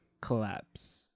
collapse